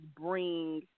bring